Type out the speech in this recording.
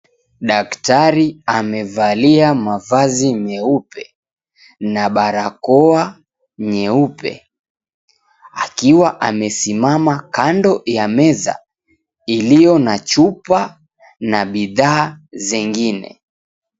Daktari amevalia mavazi meupe na barakoa nyeupe. Akiwa amesimama kando ya meza, iliyo na chupa na bidhaa zingine.